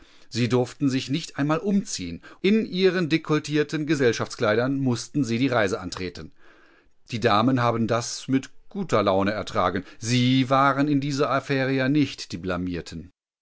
sie durften sich nicht einmal umziehen in ihren dekolletierten gesellschaftskleidern mußten sie die reise antreten die damen haben das mit guter laune ertragen sie waren in dieser affäre ja nicht die blamierten